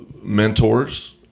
mentors